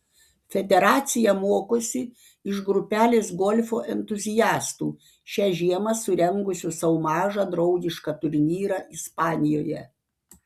federacija mokosi iš grupelės golfo entuziastų šią žiemą surengusių sau mažą draugišką turnyrą ispanijoje